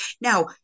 Now